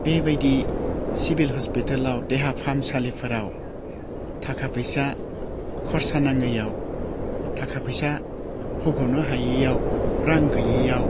बेबायदि सिभिल हस्पितालाव देहा फाहामसालिफोराव थाखा फैसा खरसा नाङिआव थाखा फैसा होग'नो हायियाव रां गैयैआव